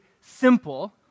simple